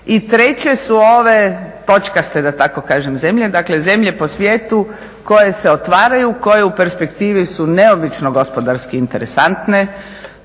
I treće su ove točkaste da tako kažem zemlje, zemlje po svijetu koje se otvaraju koje u perspektivi su neobično gospodarski interesantne